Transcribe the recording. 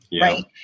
right